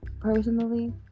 personally